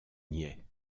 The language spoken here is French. niais